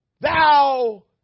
thou